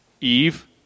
Eve